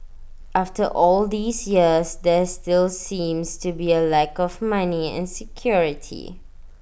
after all these years there still seems to be A lack of money and security